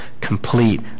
complete